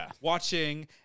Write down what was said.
watching